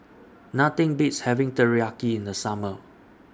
Nothing Beats having Teriyaki in The Summer